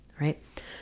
right